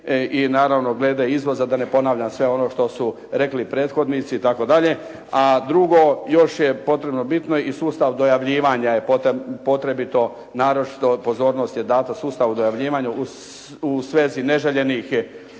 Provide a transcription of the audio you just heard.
I naravno, glede izvoza da ne ponavljam sve ono što su rekli prethodnici itd. A drugo, još je potrebno bitno i sustav dojavljivanja je potrebito naročito pozornost je dana sustavu dojavljivanja u svezi neželjenih